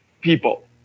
people